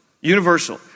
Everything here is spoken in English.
universal